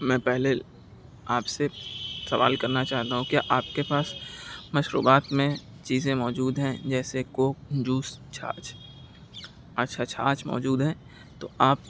میں پہلے آپ سے سوال کرنا چاہتا ہوں کیا آپ کے پاس مشروبات میں چیزیں موجود ہیں جیسے کوک جوس چھاچھ اچھا چھاچھ موجود ہے تو آپ